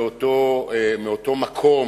מאותו מקום,